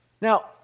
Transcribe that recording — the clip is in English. Now